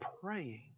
praying